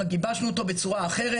רק גיבשנו אותו בצורה אחרת.